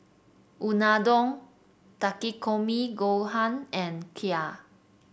Unadon Takikomi Gohan and Kheer